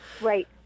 Right